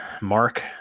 Mark